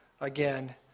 again